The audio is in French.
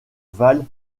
val